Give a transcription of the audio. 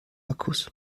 akkus